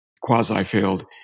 quasi-failed